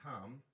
come